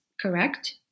correct